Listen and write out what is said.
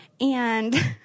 and-